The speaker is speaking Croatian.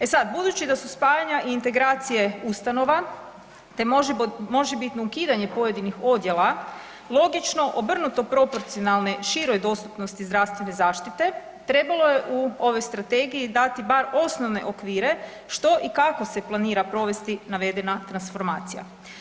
E sad budući da su spajanja i integracije ustanova te možebitno ukidanje pojedinih odjela logično obrnuto proporcionalne široj dostupnosti zdravstvene zaštite, trebalo je u ovoj Strategiji dati bar osnovne okvire što i kako se planira provesti navedena transformacija.